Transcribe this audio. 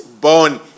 born